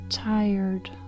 Tired